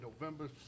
November